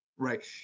Right